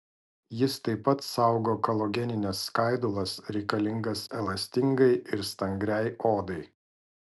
jis taip pat saugo kolagenines skaidulas reikalingas elastingai ir stangriai odai